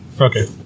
Okay